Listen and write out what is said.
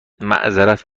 معذرت